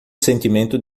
sentimento